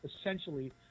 essentially